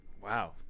Wow